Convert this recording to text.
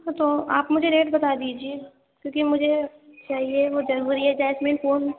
وہ تو آپ مجھے ریٹ بتا دیجیے کیوںکہ مجھے چاہیے وہ ضروری ہے جیسمین پھول